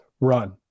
run